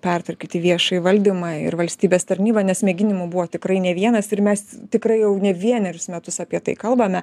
pertvarkyti viešąjį valdymą ir valstybės tarnybą nes mėginimų buvo tikrai ne vienas ir mes tikrai jau ne vienerius metus apie tai kalbame